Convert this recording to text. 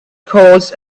caused